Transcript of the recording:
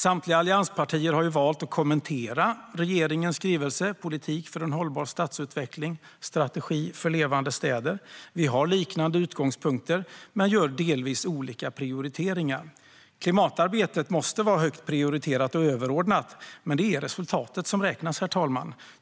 Samtliga allianspartier har valt att kommentera regeringens skrivelse Strategi för Levande städer - Politik för en hållbar stadsutveckling . Vi har liknande utgångspunkter men gör delvis olika prioriteringar. Klimatarbetet måste vara högt prioriterat och överordnat, men det är resultatet som räknas.